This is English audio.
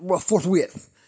forthwith